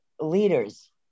leaders